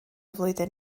flwyddyn